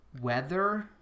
weather